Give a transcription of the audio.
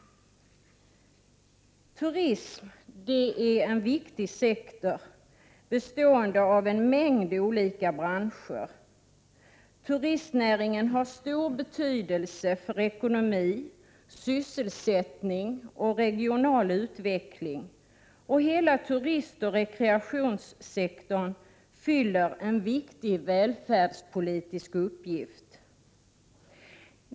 Turism är en viktig sektor bestående av en mängd olika branscher. Turistnäringen har stor betydelse för ekonomi, sysselsättning och regional utveckling, och hela turistoch rekreationssektorn fyller en viktig välfärdspolitisk uppgift.